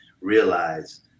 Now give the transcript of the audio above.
realize